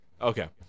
Okay